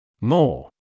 More